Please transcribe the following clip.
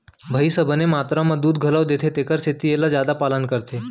भईंस ह बने मातरा म दूद घलौ देथे तेकर सेती एला जादा पालन करथे